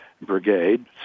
brigade